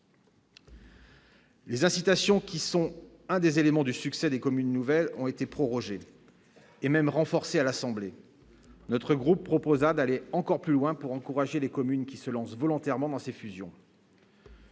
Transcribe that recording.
Les incitations qui sont un des éléments du succès des communes nouvelles ont été prorogés et même renforcé à l'Assemblée, notre groupe proposera d'aller encore plus loin pour encourager les communes qui se lance volontairement dans ces fusions.